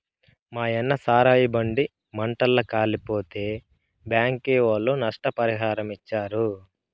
మాయన్న సారాయి బండి మంటల్ల కాలిపోతే బ్యాంకీ ఒళ్ళు నష్టపరిహారమిచ్చారు